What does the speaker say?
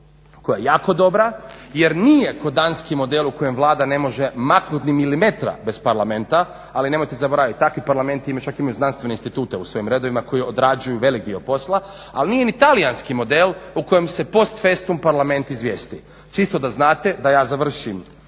koja je jako dobro jer nije ko danski model u kojem Vlada ne može maknuti ni milimetra bez parlamenta, ali nemojte zabraviti takvi parlamenti imaju čak znanstvene institute u svojim redovima koji odrađuju veliki dio posla. Ali nije ni talijanski model u kojem se u post festum parlament izvijesti. Čisto da znate da ja završim